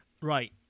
Right